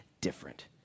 different